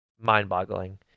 mind-boggling